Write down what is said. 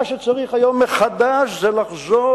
מה שצריך היום לעשות מחדש זה לחזור